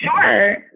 Sure